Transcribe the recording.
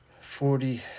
forty